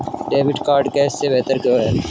Debit card cash से बेहतर क्यों है?